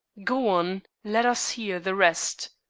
go on let us hear the rest.